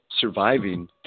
surviving